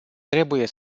trebuie